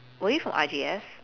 were you from R_G_S